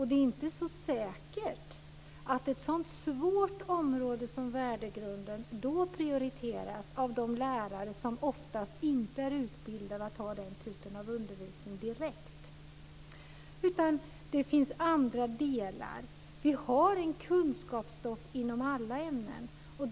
Det är inte så säkert att ett sådant svårt område som värdegrunden prioriteras av de lärare som oftast inte är direkt utbildade att ha den typen av undervisning. Vi har kunskapsstoff inom alla ämnen.